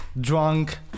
drunk